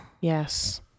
Yes